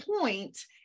point